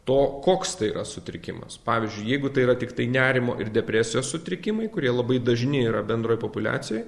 to koks tai yra sutrikimas pavyzdžiui jeigu tai yra tiktai nerimo ir depresijos sutrikimai kurie labai dažni yra bendroj populiacijoj